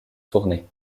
tournée